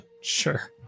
Sure